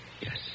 Yes